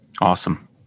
Awesome